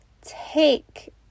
take